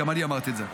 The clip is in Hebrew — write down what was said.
אז גם אני אמרתי את זה.